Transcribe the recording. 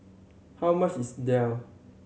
how much is daal